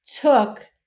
took